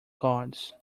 gods